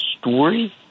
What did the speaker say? story